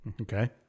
Okay